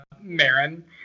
Marin